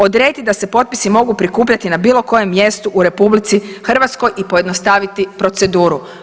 Odrediti da se potpisi mogu prikupljati na bilo kojem mjestu u RH i pojednostaviti proceduru.